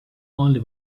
only